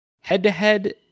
head-to-head